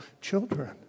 children